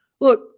look